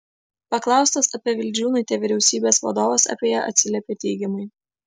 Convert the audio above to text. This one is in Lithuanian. paklaustas apie vildžiūnaitę vyriausybės vadovas apie ją atsiliepė teigiamai